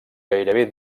gairebé